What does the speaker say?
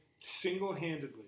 single-handedly